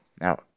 Now